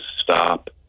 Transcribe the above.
stop